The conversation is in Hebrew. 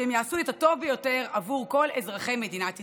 שהם יעשו את הטוב ביותר עבור כל אזרחי מדינת ישראל.